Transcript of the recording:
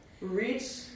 Reach